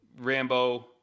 Rambo